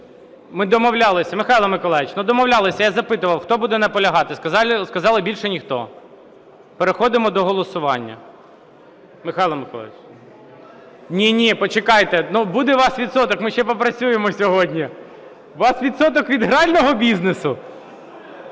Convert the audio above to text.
ми домовлялися. Михайло Миколайович, ми домовлялися, я запитував, хто буде наполягати. Сказали – більше ніхто. Переходимо до голосування. Михайло Миколайович! Ні-ні, почекайте! Буде у вас відсоток, ми ще попрацюємо сьогодні. У вас відсоток від грального бізнесу?